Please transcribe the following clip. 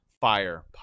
Fire